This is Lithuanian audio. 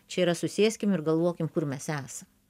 čia yra susėskim ir galvokim kur mes esam